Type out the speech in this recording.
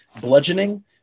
bludgeoning